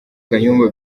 kayumba